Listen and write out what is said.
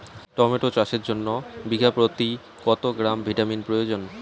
Tomato চাষের জন্য বিঘা প্রতি কত গ্রাম ভিটামিন প্রয়োজন?